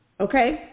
okay